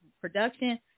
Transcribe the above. production